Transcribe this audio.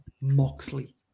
Moxley